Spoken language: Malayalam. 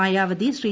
മായാവതി ശ്രീ